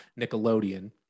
Nickelodeon